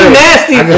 nasty